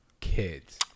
kids